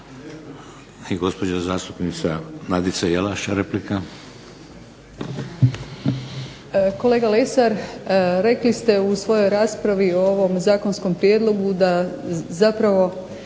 I gospođa zastupnica Nadica Jelaš, replika.